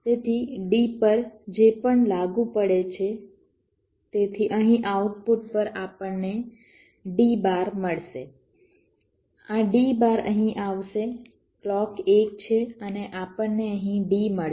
તેથી D પર જે પણ લાગુ પડે છે તેથી અહીં આઉટપુટ પર આપણને D બાર મળશે આ D બાર અહીં આવશે ક્લૉક 1 છે અને આપણને અહીં D મળશે